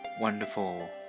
wonderful